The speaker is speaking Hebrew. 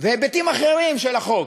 ובהיבטים אחרים של החוק,